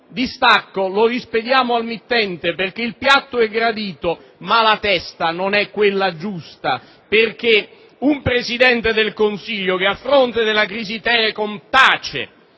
distacco lo rispediamo al mittente perché il piatto è gradito ma la testa non è quella giusta! Il Presidente del Consiglio, a fronte della crisi Telecom, tace